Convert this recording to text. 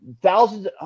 thousands